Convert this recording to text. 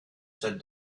said